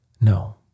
No